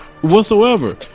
whatsoever